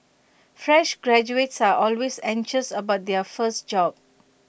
fresh graduates are always anxious about their first job